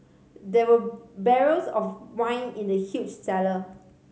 there were barrels of wine in the huge cellar